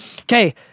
Okay